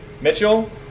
Mitchell